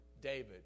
David